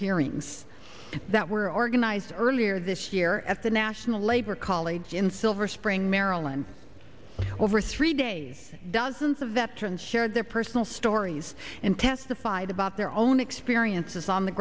hearings that were organized earlier this year at the national labor college in silver spring maryland over three days dozens of veterans shared their personal stories and testified about their own experiences on the